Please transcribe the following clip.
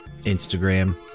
Instagram